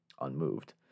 unmoved